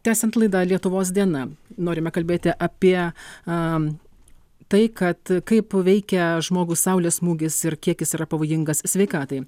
tęsiant laidą lietuvos diena norime kalbėti apie a tai kad kaip veikia žmogų saulės smūgis ir kiek jis yra pavojingas sveikatai